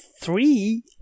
three